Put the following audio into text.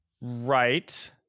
right